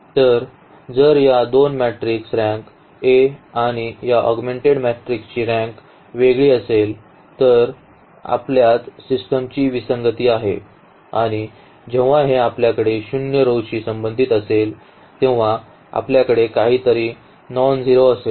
तर जर या दोन मॅट्रिकस रँक A आणि या ऑगमेंटेड मॅट्रिक्सची रँक वेगळी असेल तर आपल्यात सिस्टमची विसंगती आहे आणि जेव्हा हे आपल्याकडे शून्य row शी संबंधित असेल तेव्हा आपल्याकडे काहीतरी नॉनझेरो असेल